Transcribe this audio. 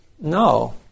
No